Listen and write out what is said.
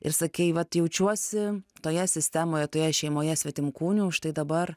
ir sakei vat jaučiuosi toje sistemoje toje šeimoje svetimkūniu užtai dabar